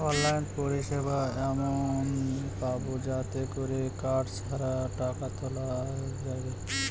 online পরিষেবা এমন পাবো যাতে করে কার্ড ছাড়া টাকা তোলা যাবে